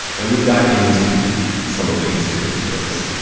and we got into some of the history of this place,